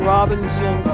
Robinson